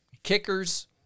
Kickers